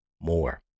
more